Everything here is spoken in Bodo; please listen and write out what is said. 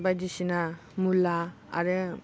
बायदिसिना मुला आरो